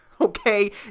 okay